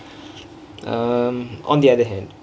um on the other hand